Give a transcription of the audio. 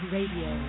Radio